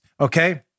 okay